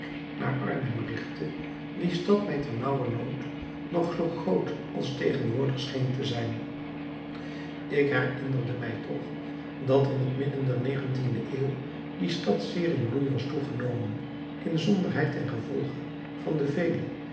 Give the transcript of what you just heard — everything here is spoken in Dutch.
naar arnhem richtte die stad mij ter nauwernood nog zoo groot als tegenwoordig scheen te zijn ik herinnerde mij toch dat in het midden der negentiende eeuw die stad zeer in bloei was toegenomen inzonderheid ten gevolge van de velen